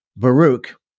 Baruch